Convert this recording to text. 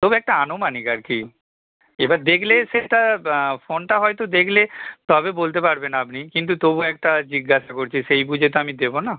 তবে একটা আনুমানিক আর কি এবার দেখলে সেটা ফোনটা হয়তো দেখলে তবে বলতে পারবেন আপনি কিন্তু তবু একটা জিজ্ঞাসা করছি সেই বুঝে তো আমি দেবো না